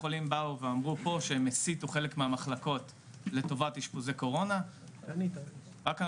החולים ייתנו לחברי קופת החולים שירותים ברמה נאותה,